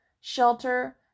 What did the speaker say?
shelter